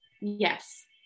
Yes